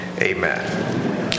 Amen